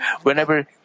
Whenever